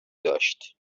داشت